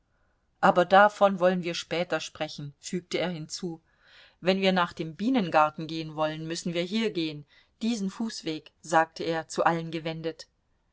aber davon wollen wir später sprechen fügte er hinzu wenn wir nach dem bienengarten gehen wollen müssen wir hier gehen diesen fußweg sagte er zu allen gewendet